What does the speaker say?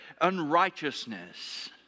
unrighteousness